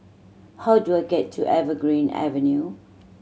how do I get to Evergreen Avenue